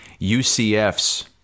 UCF's